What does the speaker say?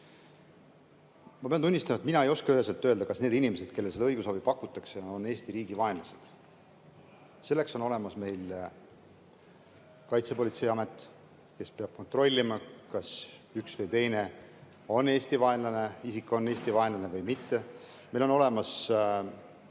Ma pean tunnistama, et mina ei oska üheselt öelda, kas need inimesed, kellele seda õigusabi pakutakse, on Eesti riigi vaenlased. Selleks on olemas meil Kaitsepolitseiamet, kes peab kontrollima, kas üks või teine isik on Eesti vaenlane või mitte. Meil on olemas